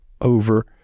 over